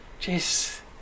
Jeez